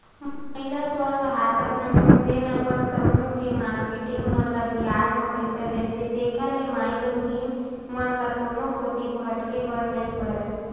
महिला स्व सहायता समूह जेन अपन समूह के मारकेटिंग मन ल बियाज म पइसा देथे, जेखर ले माईलोगिन मन ल कोनो कोती भटके बर नइ परय